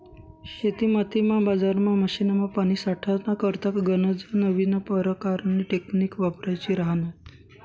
शेतीमातीमा, बजारमा, मशीनमा, पानी साठाडा करता गनज नवीन परकारनी टेकनीक वापरायी राह्यन्यात